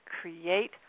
create